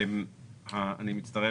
אני מצטרף,